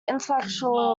intellectual